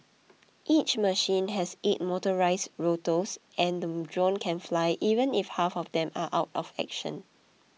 each machine has eight motorised rotors and the drone can fly even if half of them are out of action